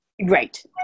Right